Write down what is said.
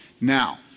Now